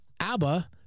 ABBA